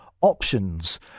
options